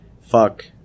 Fuck